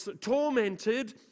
tormented